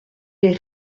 les